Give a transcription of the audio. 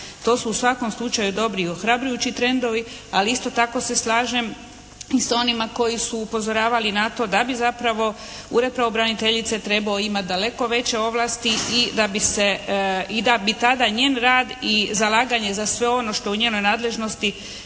To su u svakom slučaju dobri i ohrabrujući trendovi ali isto tako se slažem s onima koji su upozoravali na to da bi zapravo Ured pravobraniteljice trebao imati daleko veće ovlasti i da bi se, i da bi tada njen rad i zalaganje za sve ono što je u njenoj nadležnosti